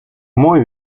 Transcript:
muy